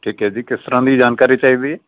ਠੀਕ ਹੈ ਜੀ ਕਿਸ ਤਰ੍ਹਾਂ ਦੀ ਜਾਣਕਾਰੀ ਚਾਹੀਦੀ